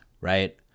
right